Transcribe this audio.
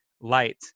light